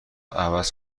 عوض